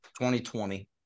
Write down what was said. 2020